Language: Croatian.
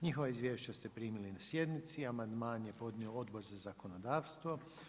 Njihova izvješća ste primili na sjednici, amandman je podnio Odbor za zakonodavstvo.